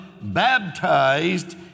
baptized